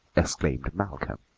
exclaimed malcolm.